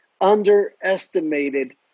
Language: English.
underestimated